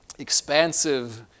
expansive